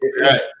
Right